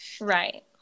Right